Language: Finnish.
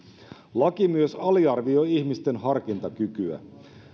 laki myös aliarvioi ihmisten harkintakykyä